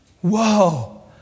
Whoa